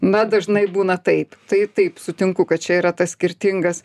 na dažnai būna taip tai taip sutinku kad čia yra tas skirtingas